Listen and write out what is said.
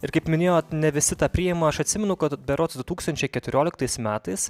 ir kaip minėjot ne visi tą priima aš atsimenu kad berods du tūkstančiai keturioliktais metais